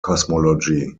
cosmology